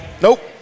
Nope